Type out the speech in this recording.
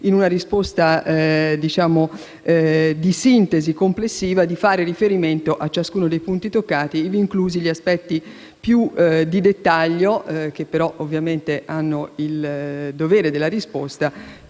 in una risposta di sintesi complessiva, di far riferimento a ciascuno dei punti toccati, ivi inclusi gli aspetti più di dettaglio, cui però chiaramente sento il dovere di rispondere,